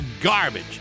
garbage